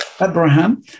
Abraham